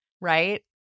right